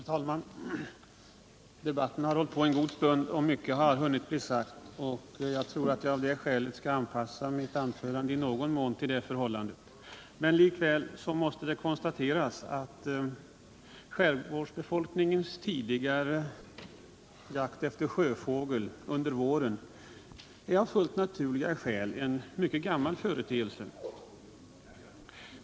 Herr talman! Debatten har hållit på en god stund och mycket har hunnit bli sagt. Jag skall anpassa mitt anförande i någon mån till det förhållandet. Likväl måste det konstateras att skärgårdsbefolkningens tidigare jakt på sjöfågel under våren av fullt naturliga skäl är en mycket gammal företeelse.